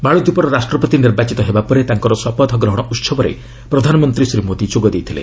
ମାଳଦୀପର ରାଷ୍ଟ୍ରପତି ନିର୍ବାଚିତ ହେବା ପରେ ତାଙ୍କର ଶପଥ ଗ୍ରହଣ ଉସବରେ ପ୍ରଧାନମନ୍ତ୍ରୀ ଶ୍ରୀ ମୋଦି ଯୋଗ ଦେଇଥିଲେ